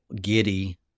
giddy